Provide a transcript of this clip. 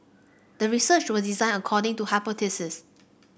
the research was designed according to hypothesis